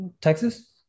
Texas